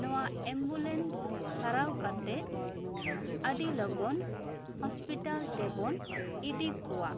ᱱᱚᱣᱟ ᱮᱢᱵᱩᱞᱮᱱᱥ ᱥᱟᱨᱟᱣ ᱠᱟᱛᱮᱜ ᱟᱹᱰᱤ ᱞᱚᱜᱚᱱ ᱦᱚᱥᱯᱤᱴᱟᱞ ᱛᱮᱵᱚᱱ ᱤᱫᱤ ᱠᱚᱣᱟ